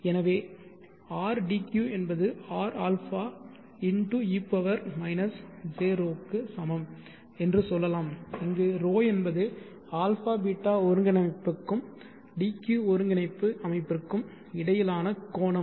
எனவே Rdq என்பது Rαβ e Jρ க்கு சமம் என்று சொல்லலாம் இங்கு ρ என்பது αβ ஒருங்கிணைப்புக்கும் dq ஒருங்கிணைப்பு அமைப்புக்கும் இடையிலான கோணம்